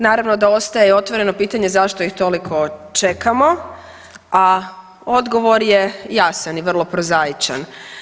Naravno da ostaje otvoreno pitanje zašto ih toliko čekamo, a odgovor je jasan i vrlo prozaičan.